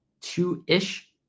two-ish